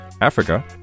Africa